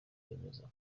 bemeza